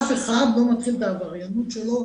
אף אחד לא מתחיל בעבריינות שלו,